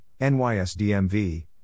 NYSDMV